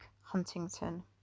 Huntington